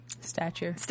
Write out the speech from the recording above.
Statue